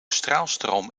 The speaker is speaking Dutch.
straalstroom